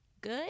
good